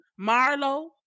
Marlo